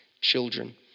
children